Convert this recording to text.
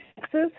Texas